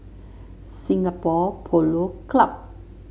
Singapore Polo Club